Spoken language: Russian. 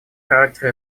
характера